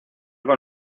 con